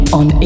on